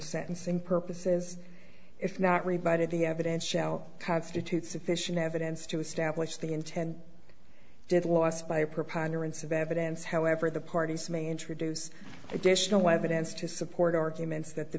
sentencing purposes if not rebutted the evidence shall constitute sufficient evidence to establish the intent did last by a preponderance of evidence however the parties may introduce additional evidence to support arguments that the